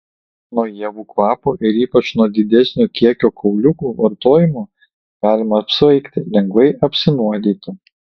nuo ievų kvapo ir ypač nuo didesnio kiekio kauliukų vartojimo galima apsvaigti lengvai apsinuodyti